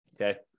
okay